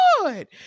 good